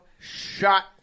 shot